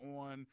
on